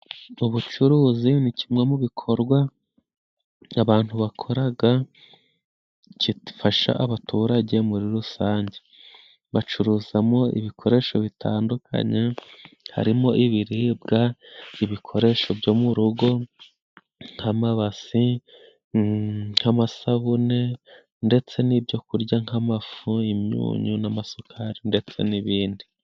Ubucuruzi ni kimwe mu bikorwa abantu bakoraga kitufasha abaturage muri rusange. Bacuruzamo ibikoresho bitandukanye: harimo ibiribwa, ibikoresho byo mu rugo nk'amabasi, nk'amasabune ndetse n'ibyo kurya nk'amafu, imyunyu n'amasukari ndetse n'ibindi.